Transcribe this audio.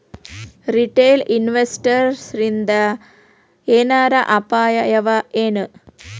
Retail ಇನ್ವೆಸ್ಟರ್ಸಿಂದಾ ಏನರ ಅಪಾಯವಎನು?